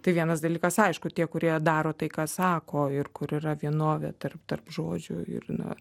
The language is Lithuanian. tai vienas dalykas aišku tie kurie daro tai ką sako ir kur yra vienovė tarp tarp žodžių ir na